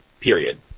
period